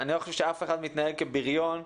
אני לא חושב שמישהו מתנהג כבריון.